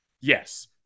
Yes